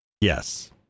yes